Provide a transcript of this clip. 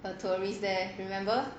a tourist there remember